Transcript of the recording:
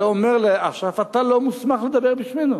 אלא אומר לאש"ף: אתה לא מוסמך לדבר בשמנו,